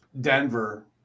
Denver